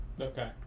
Okay